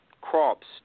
crops